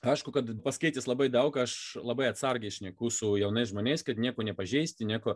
aišku kad paskaitęs labai daug aš labai atsargiai šneku su jaunais žmonėms kad nieko nepažeisti nieko